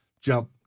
jump